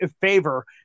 favor